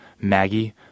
Maggie